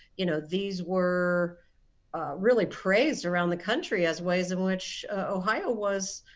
you know, these were really praised around the country as ways in which ohio was